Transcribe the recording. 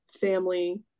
family